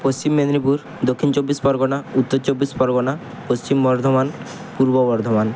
Paschim Medinipur Dakshin Chabbish Pargana Uttar Chabbish Pargana Paschim Bardhaman Purba Bardhaman